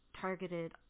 targeted